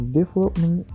development